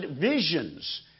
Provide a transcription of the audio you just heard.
visions